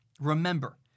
remember